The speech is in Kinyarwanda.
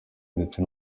ndetse